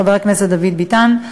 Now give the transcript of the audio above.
חבר הכנסת דוד ביטן.